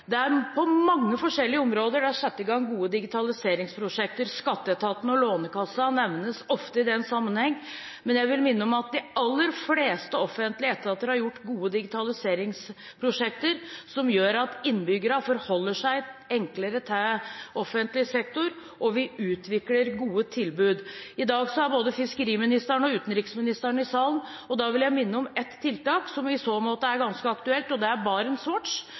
det offentlige. Det er på mange forskjellige områder satt i gang gode digitaliseringsprosjekter. Skatteetaten og Lånekassen nevnes ofte i den sammenheng. Men jeg vil minne om at de aller fleste offentlige etater har gjort gode digitaliseringsprosjekter som gjør at innbyggerne forholder seg enklere til offentlig sektor, og vi utvikler gode tilbud. I dag er både fiskeriministeren og utenriksministeren i salen. Da vil jeg minne om ett tiltak som i så måte er ganske aktuelt, og det er